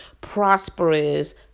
prosperous